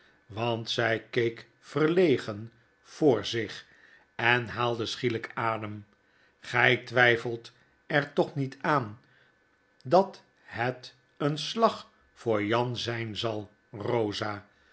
want zij keek verlegen voor zich en haalde schielyk adem gy twyfelt er toch niet aan dat het een slag voor jan zyn zal rosa